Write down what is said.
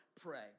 pray